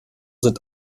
sind